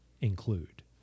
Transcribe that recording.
include